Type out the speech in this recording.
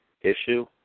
issue